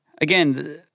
Again